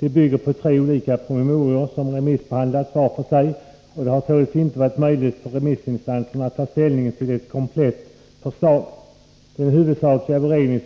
Det bygger på tre olika promemorior som remissbehandlats var för sig, och det har således inte varit möjligt för remissinstanserna att ta ställning till ett komplett förslag. Den eventuella beredning